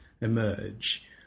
emerge